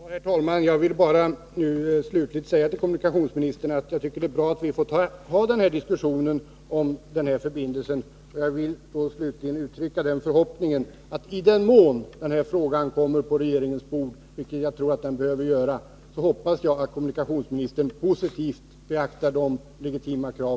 Herr talman! Jag vill bara säga till kommunikationsministern att jag tycker att det är bra att vi fått föra en diskussion om den här förbindelsen. Jag vill slutligen uttrycka förhoppningen att kommunikationsministern, om den här frågan kommer på regeringens bord — vilket jag tror att den behöver göra — positivt skall beakta ortsbefolkningens legitima krav.